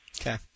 Okay